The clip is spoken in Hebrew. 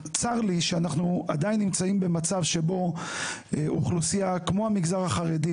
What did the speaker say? צר לי שאנחנו עדיין נמצאים במצב שבו אוכלוסייה כמו המגזר החרדי